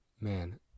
Man